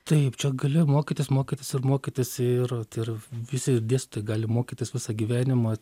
taip čia gali mokytis mokytis ir mokytis ir ir visi dėstytojai gali mokytis visą gyvenimą